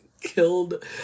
Killed